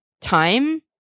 time